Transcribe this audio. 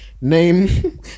name